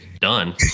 done